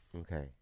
Okay